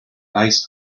ice